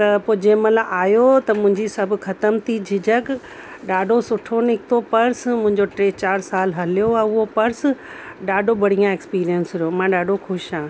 त पोइ जंहिं महिल आहियो त मुंहिंजी सभु ख़तम थी झिझक ॾाढो सुठो निकितो पर्स मुंहिंजो टे चारि साल हलियो आहे उहो पर्स ॾाढो बढ़िया एक्सपीरियंस रहो मां ॾाढो ख़ुशि आहे